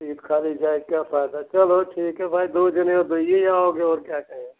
seat खाली जाए क्या फायदा है चलो ठीक है भाई दो जने हो दोईए आओगे और क्या कहें